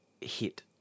hit